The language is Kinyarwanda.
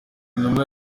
intumwa